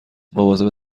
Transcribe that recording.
مواظب